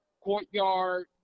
courtyard